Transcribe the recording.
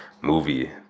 movie